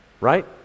Right